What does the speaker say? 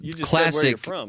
classic